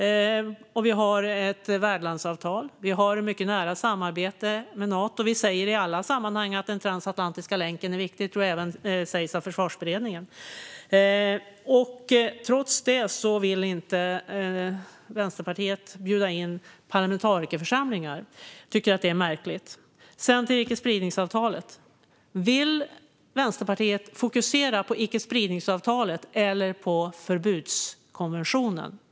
Vi har ett värdlandsavtal, och vi har ett mycket nära samarbete med Nato. Vi säger i alla sammanhang att den transatlantiska länken är viktig. Det tror jag även sägs av Försvarsberedningen. Trots detta vill inte Vänsterpartiet bjuda in parlamentarikerförsamlingar. Jag tycker att det är märkligt. Det andra spåret är icke-spridningsavtalet. Vill Vänsterpartiet fokusera på icke-spridningsavtalet eller på förbudskonventionen?